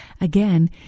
Again